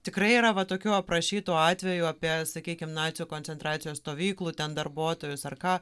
tikrai yra va tokių aprašytų atvejų apie sakykim nacių koncentracijos stovyklų ten darbuotojus ar ką